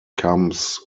comes